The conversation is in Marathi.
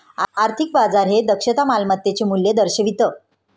आर्थिक बाजार हे दक्षता मालमत्तेचे मूल्य दर्शवितं